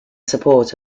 support